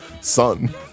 son